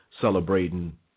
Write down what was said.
celebrating